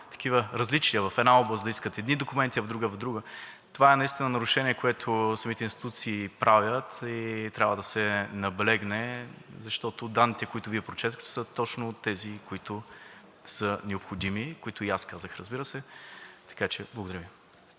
такива различия – в една област да искат едни документи, в друга – други. Това е наистина нарушение, което самите институции правят, и трябва да се наблегне, защото данните, които Вие прочетохте, са точно тези, които са необходими, които и аз казах, разбира се. Така че, благодаря Ви.